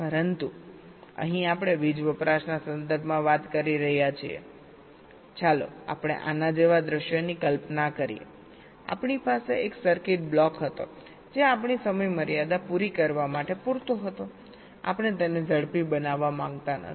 પરંતુ અહીં આપણે વીજ વપરાશના સંદર્ભમાં વાત કરી રહ્યા છીએચાલો આપણે આના જેવા દૃશ્યની કલ્પના કરીએ આપણી પાસે એક સર્કિટ બ્લોક હતો જે આપણી સમયમર્યાદા પૂરી કરવા માટે પૂરતો હતો આપણે તેને ઝડપી બનાવવા માંગતા નથી